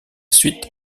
suite